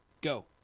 go